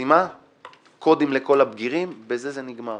חסימת קודים לכל הבגירים בזה זה נגמר.